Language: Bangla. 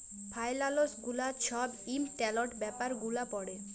ফাইলালস গুলা ছব ইম্পর্টেলট ব্যাপার গুলা পড়ে